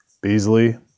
Beasley